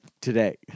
today